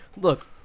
look